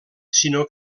sinó